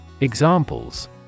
Examples